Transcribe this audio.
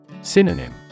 Synonym